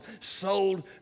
sold